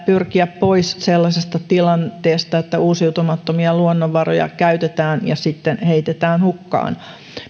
pyrkiä pois sellaisesta tilanteesta että uusiutumattomia luonnonvaroja käytetään ja sitten heitetään hukkaan